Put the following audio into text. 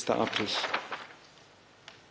1. apríl.